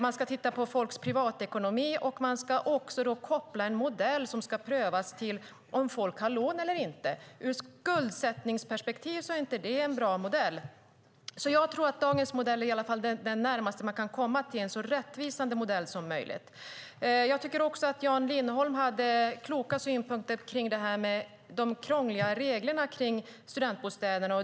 Man ska titta på folks privatekonomi och koppla den till en modell som prövar om folk har lån eller inte. Från skuldsättningsperspektiv är det inte en bra modell. Jag tror att dagens modell är det närmaste man kan komma en så rättvis modell som möjligt. Jan Lindholm hade kloka synpunkter på de krångliga reglerna för studentbostäder.